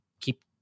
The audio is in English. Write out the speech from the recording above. keep